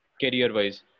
career-wise